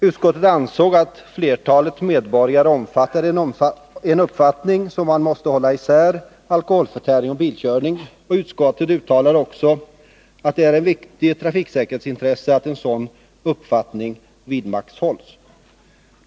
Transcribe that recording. Utskottet ansåg att flertalet medborgare omfattade uppfattningen att man måste hålla isär alkoholförtäring och bilkörning, och utskottet uttalade också att det är ett viktigt trafiksäkerhetsintresse att en sådan uppfattning vidmakthålls.